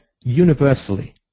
universally